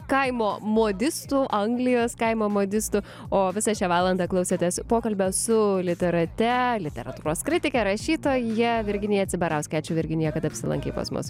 kaimo modistų anglijos kaimo modistų o visą šią valandą klausėtės pokalbio su literate literatūros kritike rašytoja virginija cibarauske ačiū virginija kad apsilankei pas mus